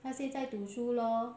他现在读书咯